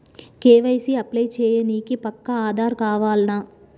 KYC apply చేయనీకి పక్కా ఆధార్ కావాల్నా?